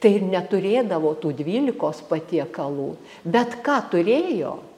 tai ir neturėdavo tų dvylikos patiekalų bet ką turėjo